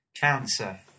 Cancer